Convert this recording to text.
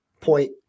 point